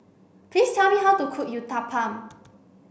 please tell me how to cook Uthapam